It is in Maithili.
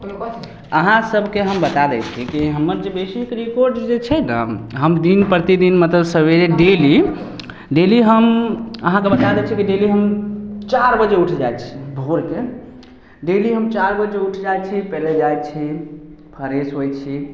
अहाँसभकेँ हम बता दै छी कि हमर जे बेसिक रिपोर्ट जे छै ने हम दिन प्रतिदिन मतलब सबेरे डेली डेली हम अहाँकेँ बता दै छी कि डेली हम चारि बजे उठि जाइ छी भोरके डेली हम चारि बजे उठि जाइ छी पहिले जाइ छी फ्रेश होइ छी